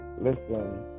listen